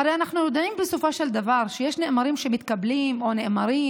הרי אנחנו יודעים בסופו של דבר שיש דברים שמתקבלים או נאמרים,